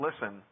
listen